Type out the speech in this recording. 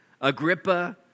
Agrippa